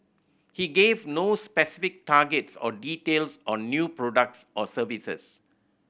he gave no specific targets or details on new products or services